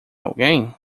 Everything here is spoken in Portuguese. alguém